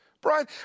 Brian